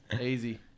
Easy